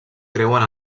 creuen